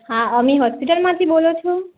હા અમી હૉસ્પિટલમાંથી બોલો છો